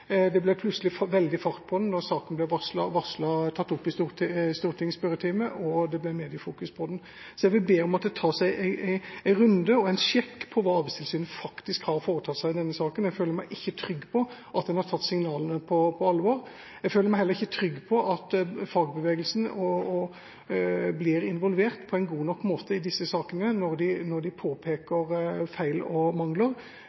Det ble plutselig veldig fart i saken da det ble varslet at den skulle opp i Stortingets spørretime, og det ble mediefokus på den. Så jeg vil be om at en tar seg en runde, en sjekk på hva Arbeidstilsynet faktisk har foretatt seg i denne saken. Jeg føler meg ikke trygg på at en har tatt signalene på alvor. Jeg føler meg heller ikke trygg på at fagbevegelsen blir involvert på en god nok måte i disse sakene når de påpeker feil og mangler.